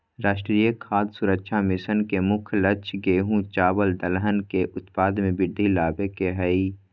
राष्ट्रीय खाद्य सुरक्षा मिशन के मुख्य लक्ष्य गेंहू, चावल दलहन के उत्पाद में वृद्धि लाबे के हइ